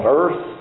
earth